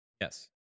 Yes